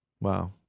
Wow